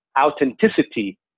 authenticity